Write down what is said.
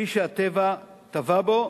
כפי שהטבע טבע בו.